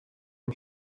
and